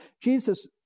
Jesus